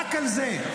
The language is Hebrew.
רק על זה.